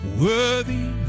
Worthy